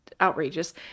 outrageous